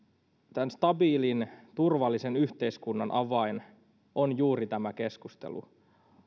tämän stabiilin turvallisen yhteiskunnan avain on juuri tämä keskustelu